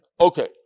Okay